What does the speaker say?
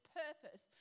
purpose